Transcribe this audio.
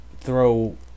throw